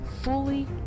fully